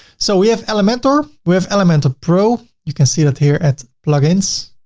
so we have elementor, we have elementor pro. you can see that here at plugins,